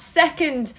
second